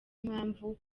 impamvu